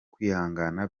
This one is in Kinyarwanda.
kwihangana